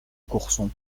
courson